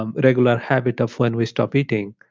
um regular habit of when we stop eating,